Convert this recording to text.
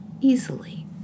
easily